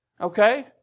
Okay